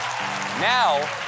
Now